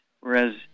whereas